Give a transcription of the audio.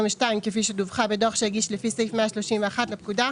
כפי שדווחה בדוח שהגיש לפי סעיף 131 לפקודה,